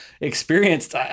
experienced